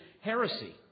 heresy